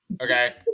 okay